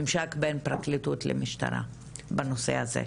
ממשק בין פרקליטות למשטרה בנושא הזה.